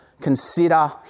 consider